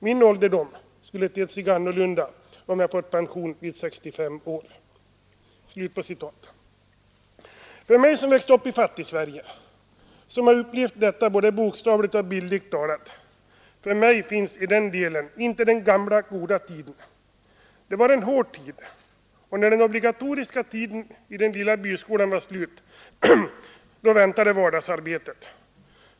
Min ålderdom skulle ha tett sig annorlunda, om jag fått pension vid 65 år.” För mig som växt upp i Fattigsverige — och som har upplevt detta både bokstavligt och bildligt — finns i den delen inte den gamla goda tiden. Det var en hård tid — när den obligatoriska tiden i den lilla byskolan var slut väntade vardagsarbetet.